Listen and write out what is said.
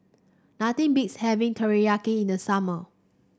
nothing beats having Teriyaki in the summer